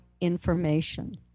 information